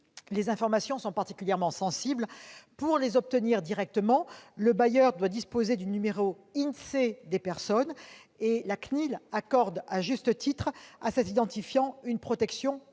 les informations sont particulièrement sensibles. Pour les obtenir directement, le bailleur doit disposer du numéro INSEE des personnes. Or la CNIL accorde à cet identifiant, à juste titre,